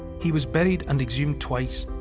he was buried and exhumed twice,